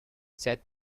said